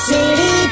City